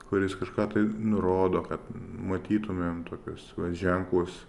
kuris kažką tai nurodo kad matytumėm tokius va ženklus